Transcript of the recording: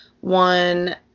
One